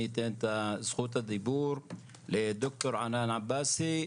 אני אתן את זכות הדיבור לד"ר ענאן עבאסי,